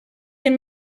him